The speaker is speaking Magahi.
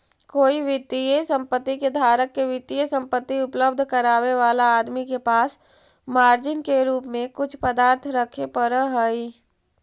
कोई वित्तीय संपत्ति के धारक के वित्तीय संपत्ति उपलब्ध करावे वाला आदमी के पास मार्जिन के रूप में कुछ पदार्थ रखे पड़ऽ हई